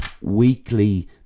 weekly